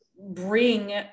bring